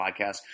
podcast